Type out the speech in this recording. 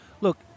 look